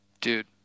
dude